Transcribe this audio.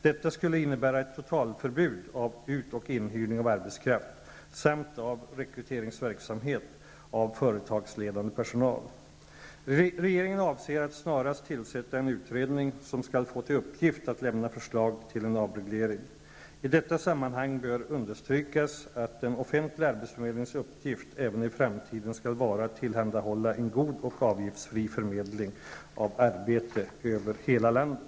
Detta skulle innebära ett totalförbud mot ut och inhyrning av arbetskraft samt mot rekryteringsverksamhet beträffande företagsledande personal. Regeringen avser att snarast tillsätta en utredning som skall få till uppgift att lämna förslag till en avreglering. I detta sammanhang bör understrykas att den offentliga arbetsförmedlingens uppgift även i framtiden skall vara att tillhandahålla en god och avgiftsfri förmedling av arbete över hela landet.